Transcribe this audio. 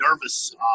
nervous